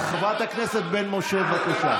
חברת הכנסת בן משה, בבקשה.